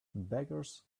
beggars